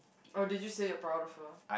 oh did you say you're proud of her